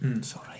Sorry